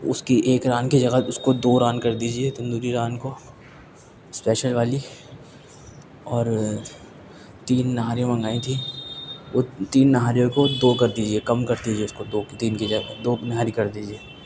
اس کی ایک ران کی جگہ اس کو دو ران کر دیجیے تندروی ران کو اسپیشل والی اور تین نہاری منگائی تھیں تین نہاریوں کو دو کر دیجیے کم کر دیجیے اس کو دو تین کی جگہ دو نہاری کر دیجیے